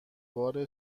بار